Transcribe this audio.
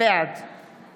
בעד